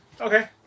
Okay